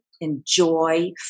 enjoy